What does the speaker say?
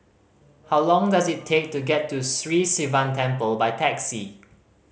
how long does it take to get to Sri Sivan Temple by taxi